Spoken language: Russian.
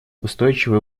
устойчивое